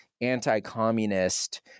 anti-communist